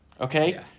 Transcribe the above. Okay